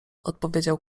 odpowiedział